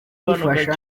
gifasha